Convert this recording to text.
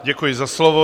Děkuji za slovo.